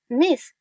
miss